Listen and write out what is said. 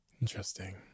Interesting